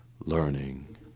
learning